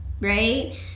right